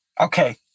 Okay